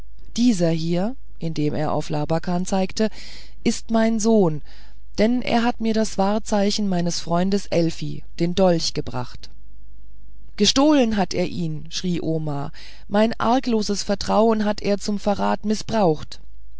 dieser hier indem er auf labakan zeigte ist mein sohn denn er hat mir das wahrzeichen meines freundes elfi den dolch gebracht gestohlen hat er ihn schrie omar mein argloses vertrauen hat er zum verrat mißbraucht